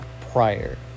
prior